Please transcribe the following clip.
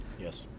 Yes